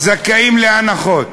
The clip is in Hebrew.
זכאיות להנחות: